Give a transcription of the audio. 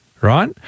right